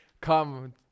come